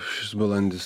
šis balandis